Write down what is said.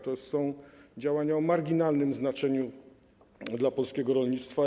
To są działania o marginalnym znaczeniu dla polskiego rolnictwa.